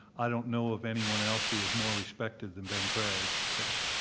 i don't know of anyone else who was more respected than ben craig. so,